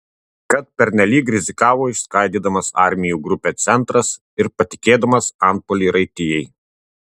kad pernelyg rizikavo išskaidydamas armijų grupę centras ir patikėdamas antpuolį raitijai